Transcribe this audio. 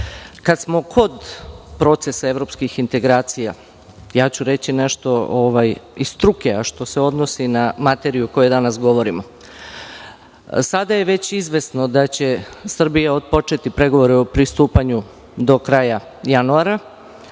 smo kod procesa evropskih integracija, reći ću nešto iz struke, a što se odnosi na materiju o kojoj danas govorimo. Sada je već izvesno da će Srbija otpočeti pregovore o pristupanju do kraja januara,